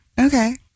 Okay